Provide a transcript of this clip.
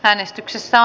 äänestyksessä